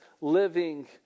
living